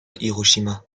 hiroshima